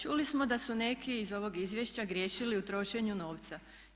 Čuli smo da su neki iz ovog izvješća griješili u trošenju novca.